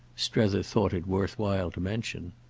strether thought it worth while to mention.